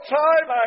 time